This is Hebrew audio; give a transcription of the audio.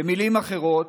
במילים אחרות,